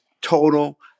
Total